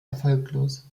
erfolglos